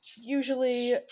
usually